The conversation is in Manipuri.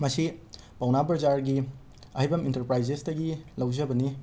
ꯃꯁꯤ ꯄꯥꯎꯅꯥ ꯕꯖꯥꯔꯒꯤ ꯑꯍꯩꯕꯝ ꯏꯟꯇꯔꯄ꯭ꯔꯥꯏꯖꯦꯁꯇꯒꯤ ꯂꯧꯖꯕꯅꯤ